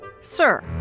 sir